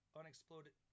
unexploded